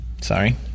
sorry